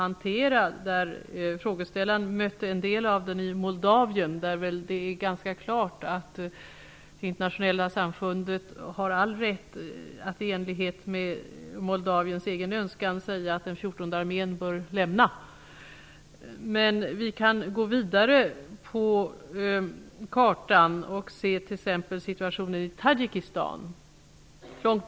Frågeställaren mötte en del av den i Moldavien, där det väl är ganska klart att det internationellla samfundet har all rätt att i enlighet med Moldaviens egen önskan säga att den fjortonde armén bör avlägsnas. Vi kan också se till situationen i Tadzjikistan.